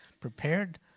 prepared